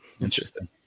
Interesting